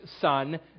son